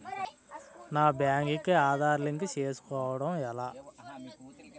నా బ్యాంక్ కి ఆధార్ లింక్ చేసుకోవడం ఎలా?